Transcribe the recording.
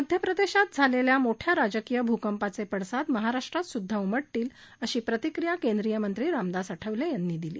मध्य प्रदेशात झालेल्या मोठया राजकीय भकंपाचे पडसाद महाराष्ट्रातसुद्धा उमटतीलअशी प्रतिक्रिया केंद्रियमंत्री रामदास आठवले यांनी दिली